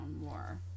more